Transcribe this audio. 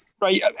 right